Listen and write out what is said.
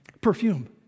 perfume